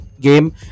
game